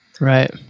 Right